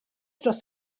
dros